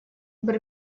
but